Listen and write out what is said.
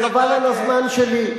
חבל על הזמן שלי.